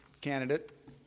candidate